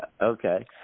Okay